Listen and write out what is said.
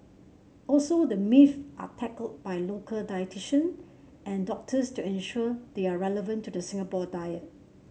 also the myths are tackled by local dietitians and doctors to ensure they are relevant to the Singapore diet